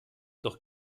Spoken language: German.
doch